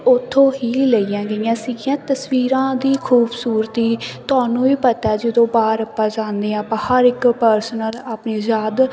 ਉੱਥੋਂ ਹੀ ਲਈਆਂ ਗਈਆਂ ਸੀਗੀਆਂ ਤਸਵੀਰਾਂ ਦੀ ਖੂਬਸੂਰਤੀ ਤੁਹਾਨੂੰ ਵੀ ਪਤਾ ਜਦੋਂ ਬਾਹਰ ਆਪਾਂ ਜਾਂਦੇ ਹਾਂ ਆਪਾਂ ਬਾਹਰ ਇੱਕ ਪਰਸਨਲ ਆਪਣੀ ਯਾਦ